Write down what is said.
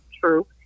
True